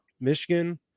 Michigan